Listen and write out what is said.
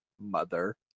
Mother